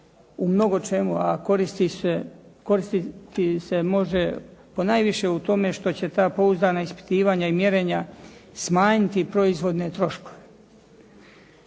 u mnogo čemu a koristiti se može ponajviše u tome što će ta pouzdana ispitivanja i mjerenja smanjiti proizvodne troškove